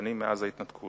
בשנים מאז ההתנתקות.